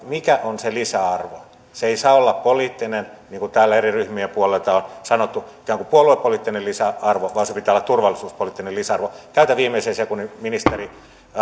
mikä on se lisäarvo se ei saa olla poliittinen niin kuin täällä eri ryhmien puolelta on sanottu ikään kuin puoluepoliittinen lisäarvo vaan sen pitää olla turvallisuuspoliittinen lisäarvo käytän viimeisen sekunnin ministeri